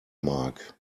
mark